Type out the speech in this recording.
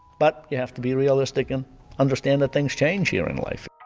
but, you have to be realistic and understand that things change here in life